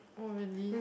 oh really